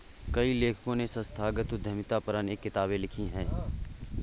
कई लेखकों ने संस्थागत उद्यमिता पर अनेक किताबे लिखी है